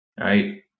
right